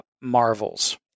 marvels